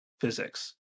physics